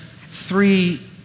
three